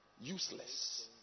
Useless